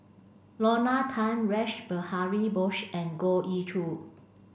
Lorna Tan Rash Behari Bose and Goh Ee Choo